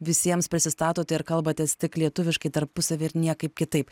visiems prisistatot kalbatės tik lietuviškai tarpusavy ir niekaip kitaip